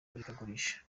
murikagurisha